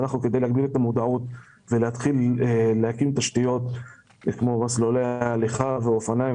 כדי להגביר את המודעות ולהתחיל להקים תשתיות כמו מסלולי הליכה ואופניים,